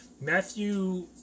Matthew